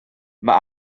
mae